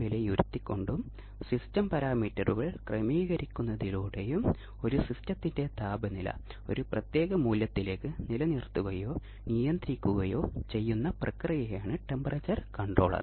wave output പാരാമീറ്ററുകളുടെ സ്വഭാവം ആവൃത്തികളുടെ ശ്രേണി എന്നിവ ചില ഘടകങ്ങളാണ്